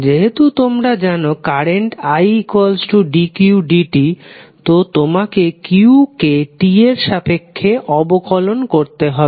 যেহেতু তোমরা জানো কারেন্ট idqdt তো তোমাকে q কে t এর সাপেক্ষে অবকলন করতে হবে